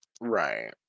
Right